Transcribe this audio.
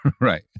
Right